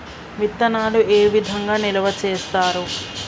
విత్తనాలు ఏ విధంగా నిల్వ చేస్తారు?